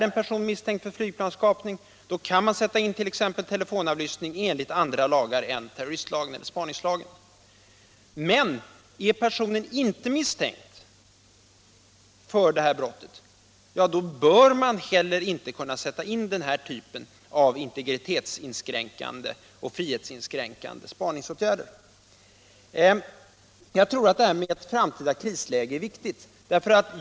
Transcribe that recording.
Om en person är misstänkt för ett sådant brott kan väl telefonavlyssning sättas in enligt andra lagar än terroristlagen och spaningslagen. Men är personen inte misstänkt för detta brott, bör man inte heller kunna sätta in denna typ av integritetsoch frihetsinskränkande spaningsåtgärder. Jag tror att synpunkten om ett framtida krisläge är viktig.